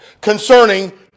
concerning